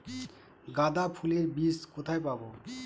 গাঁদা ফুলের বীজ কোথায় পাবো?